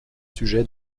sujets